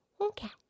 Okay